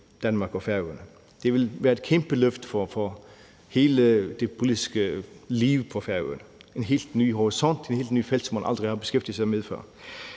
Det vil være et kæmpe løft for hele det politiske liv på Færøerne og skabe en helt ny horisont, et helt nyt felt, som man aldrig har beskæftiget sig med før.